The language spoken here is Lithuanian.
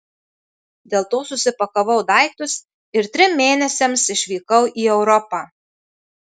dėl to susipakavau daiktus ir trim mėnesiams išvykau į europą